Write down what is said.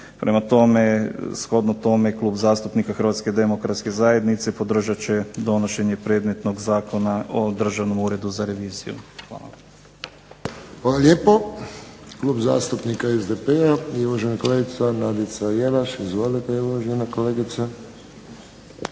Prema tome, shodno tome Klub zastupnika Hrvatske demokratske zajednice podržat će donošenje predmetnog Zakona o Državnom uredu za reviziju. Hvala. **Friščić, Josip (HSS)** Hvala lijepo. Klub zastupnika SDP-a, i uvažena kolegica Nadica Jelaš. Izvolite uvažena kolegice. **Jelaš,